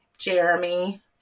Jeremy